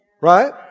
right